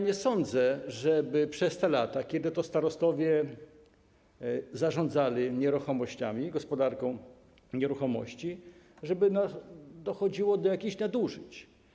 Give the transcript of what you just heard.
Nie sądzę, żeby przez te lata, kiedy to starostowie zarządzali nieruchomościami, gospodarką nieruchomościami, dochodziło do jakichś nadużyć.